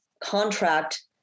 contract